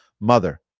mother